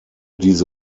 diese